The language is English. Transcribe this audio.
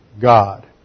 God